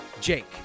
Jake